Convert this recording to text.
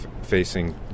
Facing